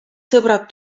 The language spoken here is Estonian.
sõbrad